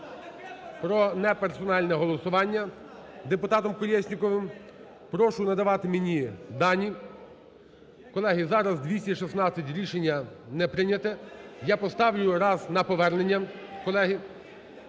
про неперсональне голосування депутатом Колєсніковим. Прошу надавати мені дані. Колеги, зараз 216, рішення не прийнято. Я поставлю раз на повернення, колеги.